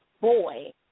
boy